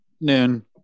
noon